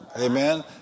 Amen